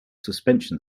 suspension